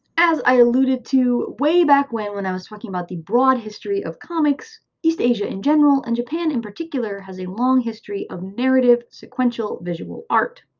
as i alluded to way back when when i was talking about the broad history of comics, east asia in general, and japan in particular, has a long history of narrative sequential visual art.